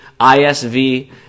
ISV